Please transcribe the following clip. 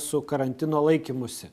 su karantino laikymusi